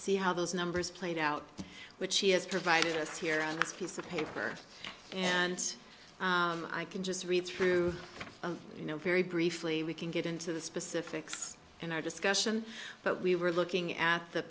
see how those numbers played out which he has provided us here on this piece of paper and i can just read through you know very briefly we can get into the specifics in our discussion but we were looking at the